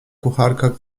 kucharka